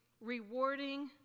rewarding